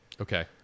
Okay